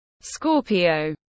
Scorpio